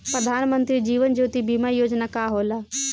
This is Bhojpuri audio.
प्रधानमंत्री जीवन ज्योति बीमा योजना का होला?